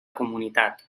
comunitat